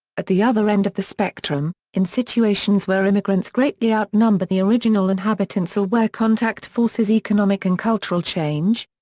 at the other end of the spectrum, in situations where immigrants greatly outnumber the original inhabitants or where contact forces economic and cultural change,